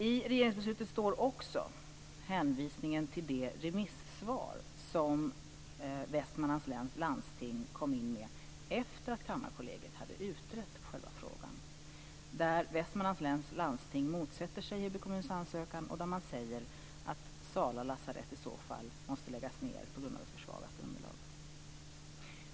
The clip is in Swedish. I regeringsbeslutet finns också hänvisningen till det remissvar som Västmanlands läns landsting kom in med efter det att Kammarkollegiet hade utrett själva frågan. Där motsätter sig Västmanlands läns landsting Heby kommuns ansökan och säger att Sala lasarett i så fall skulle tvingas att läggas ned på grund av ett försvagat underlag.